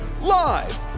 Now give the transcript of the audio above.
live